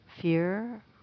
fear